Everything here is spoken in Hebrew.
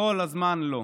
כל הזמן לא.